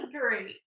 great